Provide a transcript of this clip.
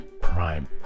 prime